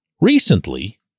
Recently